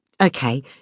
okay